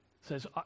says